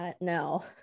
no